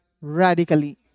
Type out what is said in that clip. radically